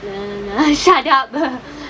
shut up